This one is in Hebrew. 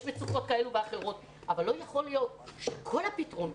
יש מצוקות כאלו ואחרות אבל לא יכול להיות שכל הפתרונות